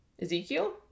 Ezekiel